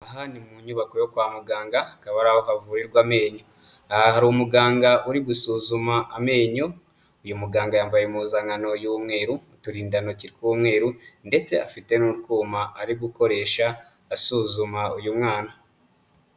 Aha ni mu nyubako yo kwa muganga, hakaba araho havurirwa amenyo, aha hari umuganga uri gusuzuma amenyo, uyu muganga yambaye impuzankano y'umweru, uturindantoki tw'umweru ndetse afite n'urwuma ari gukoresha asuzuma uyu mwana.